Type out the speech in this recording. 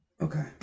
Okay